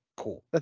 cool